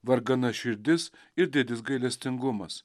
vargana širdis ir didis gailestingumas